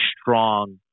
strong